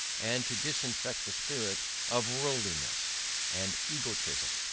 and to disinfect the spirit of worldliness and egotism.